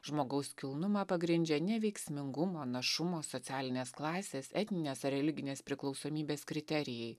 žmogaus kilnumą pagrindžia neveiksmingumo našumo socialinės klasės etninės ar religinės priklausomybės kriterijai